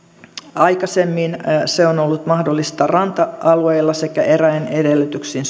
aikaisemmin se on ollut mahdollista ranta alueilla sekä eräin edellytyksin